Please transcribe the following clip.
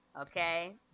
Okay